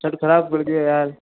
shirt खराब कर दिया यार